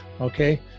okay